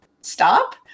stop